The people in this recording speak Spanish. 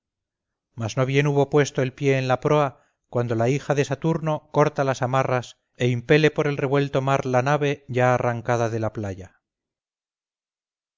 no bien hubo puesto el pie en la proa cuando la hija de saturno corta las amarras e impele por el revuelto mar la nave ya arrancada de la playa